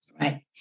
Right